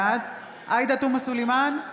בעד עאידה תומא סלימאן,